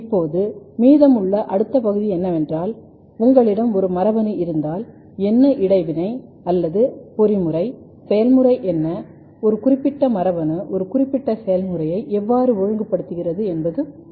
இப்போது மீதமுள்ள அடுத்த பகுதி என்னவென்றால் உங்களிடம் ஒரு மரபணு இருந்தால் என்ன இடைவினை அல்லது பொறிமுறை செயல் முறை என்ன ஒரு குறிப்பிட்ட மரபணு ஒரு குறிப்பிட்ட செயல்முறையை எவ்வாறு ஒழுங்குபடுத்துகிறது என்பது முக்கியம்